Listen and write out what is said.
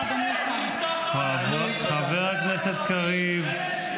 שיש לנו עם מי לדבר בחמאס או בפתח,